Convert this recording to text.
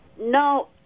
No